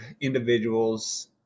individuals